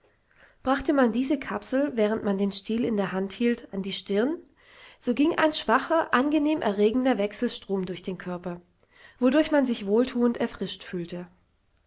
brachte man diese kapsel während man den stiel in der hand hielt an die stirn so ging ein schwacher angenehm erregender wechselstrom durch den körper wodurch man sich wohltuend erfrischt fühlte